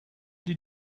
did